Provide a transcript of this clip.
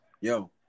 Yo